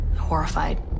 horrified